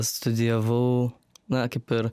studijavau na kaip ir